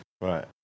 Right